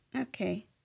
okay